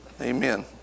Amen